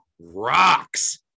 rocks